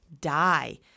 die